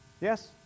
yes